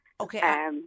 Okay